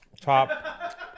Top